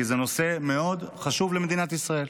כי זה נושא מאוד חשוב למדינת ישראל.